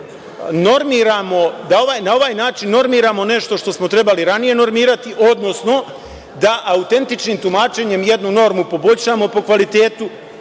da na ovan način normiramo nešto što smo trebali ranije normirati, odnosno da autentičnim tumačenjem jednu normu poboljšamo po kvalitetu,